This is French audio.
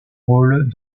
rôle